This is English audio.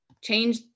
change